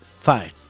fine